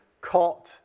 cot